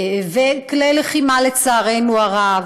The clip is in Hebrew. וכלי לחימה, לצערנו הרב,